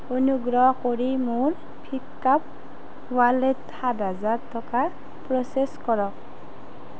অনুগ্ৰহ কৰি মোৰ ফ্লিপকাপ ৱালেট সাত হাজাৰ টকা প্ৰ'চেছ কৰক